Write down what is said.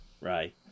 right